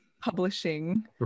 publishing